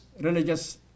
religious